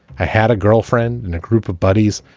i had a girlfriend and a group of buddies,